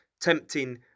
tempting